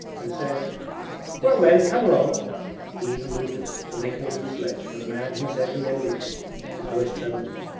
and said well then, come along he even moved a little to make room in the sledge for the man who said he envied him his voice trembled.